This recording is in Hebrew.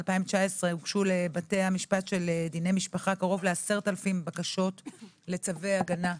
2019 הוגשו לבתי המשפט של דיני משפחה קרוב ל-10,000 בקשות לצווי הגנה.